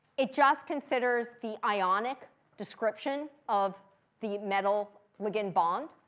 it just considers the ionic description of the metal ligand bond.